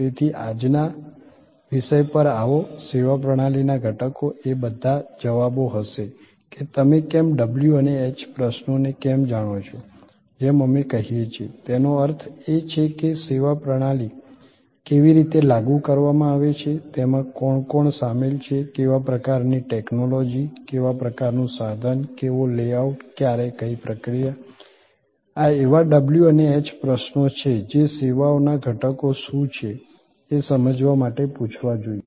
તેથી આજના વિષય પર આવો સેવા પ્રણાલીના ઘટકો એ બધા જવાબો હશે કે તમે કેમ w અને h પ્રશ્નોને કેમ જાણો છો જેમ અમે કહીએ છીએ તેનો અર્થ એ છે કે સેવા પ્રણાલી કેવી રીતે લાગુ કરવામાં આવે છે તેમાં કોણ કોણ સામેલ છે કેવા પ્રકારની ટેક્નોલોજી કેવા પ્રકારનું સાધન કેવો લેઆઉટ ક્યારે કઈ પ્રક્રિયા આ એવા w અને h પ્રશ્નો છે જે સેવાઓના ઘટકો શું છે એ સમજવા માટે પૂછવા જોઈએ